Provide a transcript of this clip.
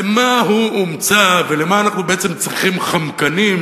למה הוא הומצא ולמה אנחנו בעצם צריכים "חמקנים",